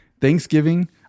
Thanksgiving